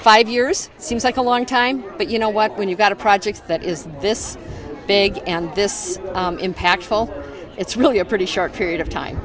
five years seems like a long time but you know what when you've got a project that is this big and this impactful it's really a pretty short period of time